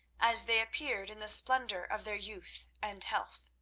as they appeared in the splendour of their youth and health.